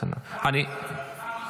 פעם אחרונה שאתה עושה דבר כזה.